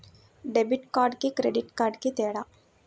Debit కార్డుకి credit కార్డుకి తేడా?